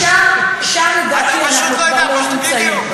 שם לדעתי אנחנו כבר לא נמצאים.